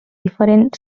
diferent